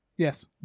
Yes